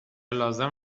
لازم